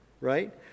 right